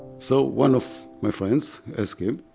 so one of my friends asked him,